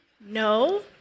No